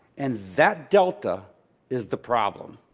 and that delta is the problem.